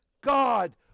God